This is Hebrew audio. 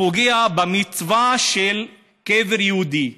פוגע במצווה של קבר יהודי,